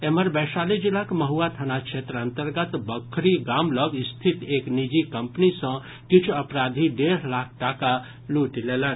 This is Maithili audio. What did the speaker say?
एम्हर वैशाली जिलाक महुआ थाना क्षेत्र अन्तर्गत बखरी गाम लऽग स्थित एक निजी कम्पनी सँ किछु अपराधी डेढ़ लाख टाका लूटि लेलक